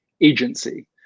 agency